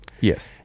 Yes